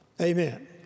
Amen